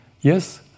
Yes